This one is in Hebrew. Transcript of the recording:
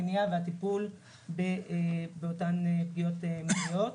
המניעה והטיפול באותן פגיעות מיניות.